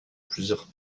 plusieurs